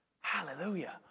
Hallelujah